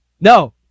No